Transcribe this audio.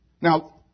Now